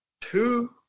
two